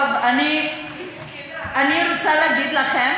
טוב, אני, אני רוצה להגיד לכם